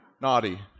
Naughty